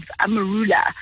Amarula